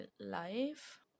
life